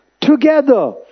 Together